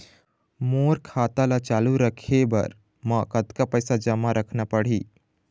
मोर खाता ला चालू रखे बर म कतका पैसा जमा रखना पड़ही?